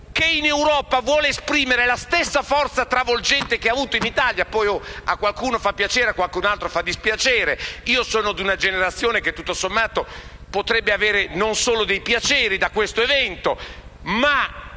che in Europa vuole esprimere la stessa forza travolgente che ha avuto in Italia (a qualcuno fa piacere e a qualcun'altro dispiace: io sono di una generazione che tutto sommato potrebbe trarre non solo dei piaceri da questo evento), deve